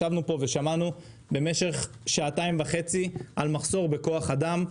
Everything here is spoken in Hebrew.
ישבנו פה ושמענו במשך שעתיים וחצי על מחסור בכוח אדם.